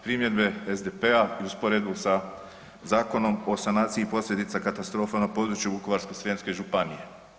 Primjedbe SDP-a i usporedbu sa Zakonom o sanaciji posljedica katastrofa na području Vukovarsko-srijemske županije.